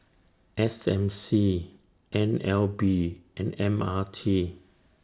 S M C N L B and M R T